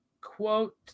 quote